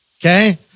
okay